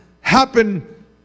happen